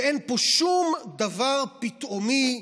ואין פה שום דבר פתאומי,